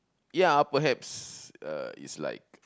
ya perhaps uh is like